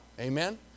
Amen